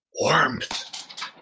Warmth